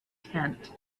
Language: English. tent